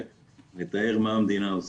נתאר מה המדינה עושה.